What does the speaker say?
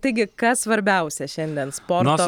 taigi kas svarbiausia šiandien sporto